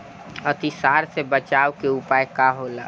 अतिसार से बचाव के उपाय का होला?